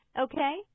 Okay